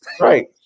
Right